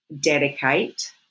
dedicate